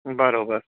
बराबरि